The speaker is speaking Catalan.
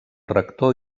rector